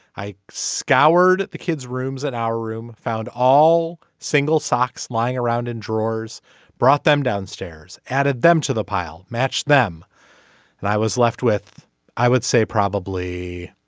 i scoured the kids rooms and our room found all single socks lying around in drawers brought them downstairs added them to the pile match them and i was left with i would say probably